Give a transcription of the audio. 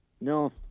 No